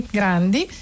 grandi